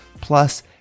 plus